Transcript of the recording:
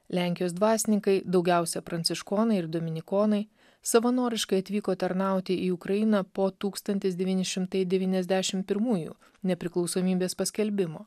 lenkijos dvasininkai daugiausia pranciškonai ir dominikonai savanoriškai atvyko tarnauti į ukrainą po tūkstantis devyni šimtai devyniasdešim pirmųjų nepriklausomybės paskelbimo